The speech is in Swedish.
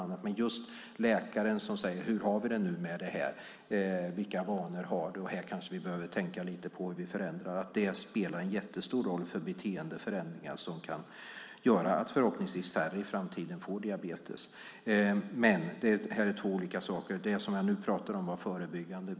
Att en läkare ställer frågor om ens vanor och talar om vad som behöver förändras spelar stor roll för beteendeförändringar som förhoppningsvis kan innebära att färre får diabetes i framtiden. Det gäller det förebyggande arbetet.